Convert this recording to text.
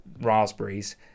raspberries